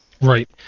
Right